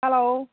hello